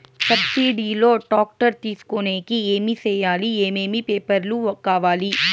Subsidy లో tractor తీసుకొనేకి ఏమి చేయాలి? ఏమేమి పేపర్లు కావాలి?